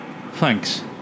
Thanks